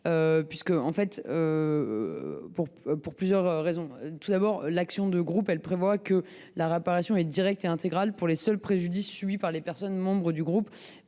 partage en tout point l’avis de la commission. Tout d’abord, l’action de groupe prévoit que la réparation est directe et intégrale pour les seuls préjudices subis par les personnes membres du groupe.